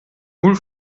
null